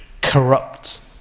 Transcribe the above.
corrupt